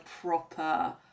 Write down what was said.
proper